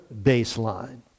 baseline